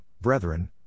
brethren